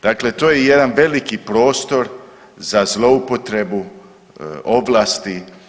Dakle, to je jedan veliki prostor za zloupotrebu ovlasti.